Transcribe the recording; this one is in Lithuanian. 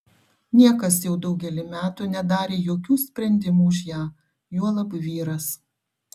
niekas jau daugelį metų nedarė jokių sprendimų už ją juolab vyras